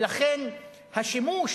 ולכן השימוש,